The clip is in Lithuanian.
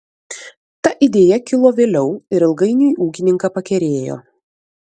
ta idėja kilo vėliau ir ilgainiui ūkininką pakerėjo